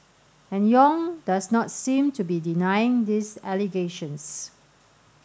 and Yong does not seem to be denying these allegations